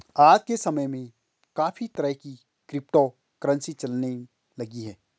आज के समय में काफी तरह की क्रिप्टो करंसी चलने लगी है